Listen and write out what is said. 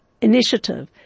initiative